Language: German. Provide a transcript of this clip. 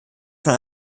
von